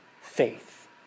faith